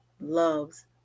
loves